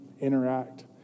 interact